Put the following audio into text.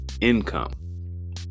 income